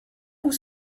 vous